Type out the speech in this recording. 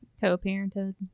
co-parented